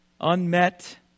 Unmet